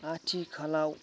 आथिखालाव